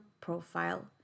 profile